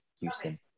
Houston